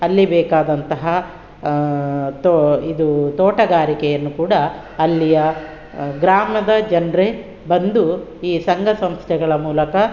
ಅಲ್ಲಿ ಬೇಕಾದಂತಹ ತೋ ಇದು ತೋಟಗಾರಿಕೆಯನ್ನು ಕೂಡ ಅಲ್ಲಿಯ ಗ್ರಾಮದ ಜನರೇ ಬಂದು ಈ ಸಂಘ ಸಂಸ್ಥೆಗಳ ಮೂಲಕ